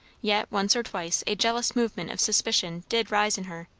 yet once or twice a jealous movement of suspicion did rise in her,